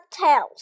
tails